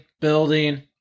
building